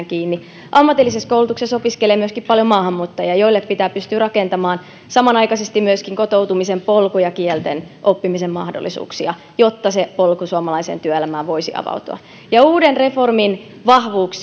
kiinni ammatillisessa koulutuksessa opiskelee myöskin paljon maahanmuuttajia joille pitää pystyä rakentamaan samanaikaisesti kotoutumisen polku ja kielten oppimisen mahdollisuuksia jotta se polku suomalaiseen työelämään voisi avautua uuden reformin vahvuudet